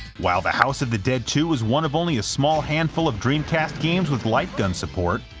while the house of the dead two was one of only a small handful of dreamcast games with light gun support,